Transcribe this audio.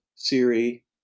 siri